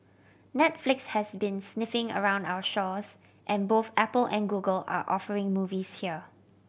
Netflix has been sniffing around our shores and both Apple and Google are offering movies here